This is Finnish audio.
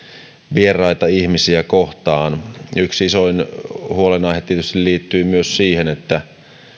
vieraita ihmisiä kohtaan yksi isoimpia huolenaiheita tietysti liittyy siihen että